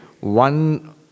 one